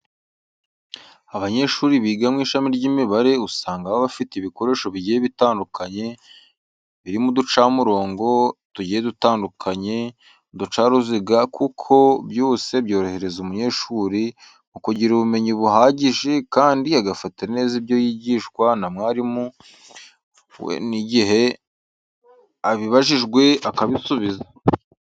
Abanyeshuri biga mu ishami ry'imibare usanga baba bafite ibikoresho bigiye bitandukanye birimo uducamurongo tugiye dutandukanye, uducaruziga kuko byose byorohereza umunyeshuri mu kugira ubumenyi buhagije kandi agafata neza ibyo yigishwa na mwarimu we n'igihe abibajijwe akabisubiza.